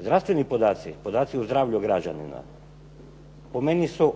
Zdravstveni podaci, podaci o zdravlju građanina po meni su